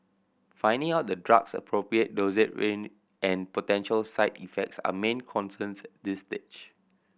finding out the drug's appropriate dosage range and potential side effects are main concerns this stage